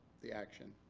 the action,